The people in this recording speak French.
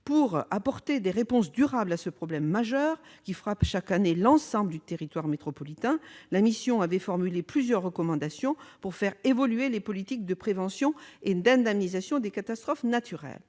Pour apporter des réponses durables à ce problème majeur, qui frappe chaque année l'ensemble du territoire métropolitain, la mission a formulé plusieurs recommandations : il s'agit de faire évoluer les politiques de prévention et d'indemnisation des catastrophes naturelles.